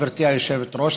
גברתי היושבת-ראש,